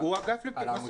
על זה.